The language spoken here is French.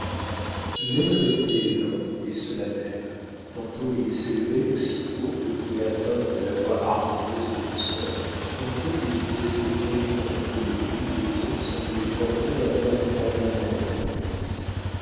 l'air était lent et solennel tantôt il s'élevait aussi haut que pouvait atteindre la voix harmonieuse des deux sœurs tantôt il baissait tellement que le bruit des eaux semblait former un accompagnement à leur mélodie